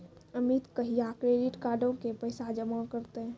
अमित कहिया क्रेडिट कार्डो के पैसा जमा करतै?